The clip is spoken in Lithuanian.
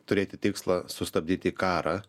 turėti tikslą sustabdyti karą